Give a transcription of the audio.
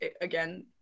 again